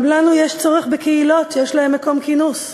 גם לנו יש צורך בקהילות שיש להן מקום כינוס,